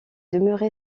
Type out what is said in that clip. demeuré